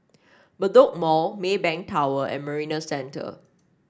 Bedok Mall Maybank Tower and Marina Centre